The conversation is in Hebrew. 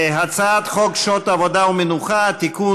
הצעת חוק שעות עבודה ומנוחה (תיקון,